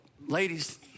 Ladies